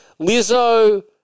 Lizzo